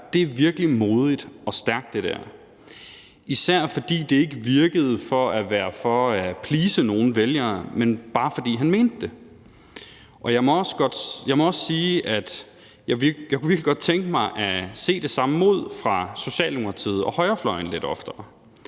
at det virkelig var modigt og stærkt – især fordi det ikke lod til at være for at please nogen vælgere, men bare fordi han mente det. Jeg må også sige, at jeg virkelig godt kunne tænke mig at se det samme mod fra Socialdemokratiet og højrefløjen lidt oftere.